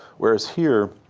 whereas here,